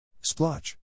splotch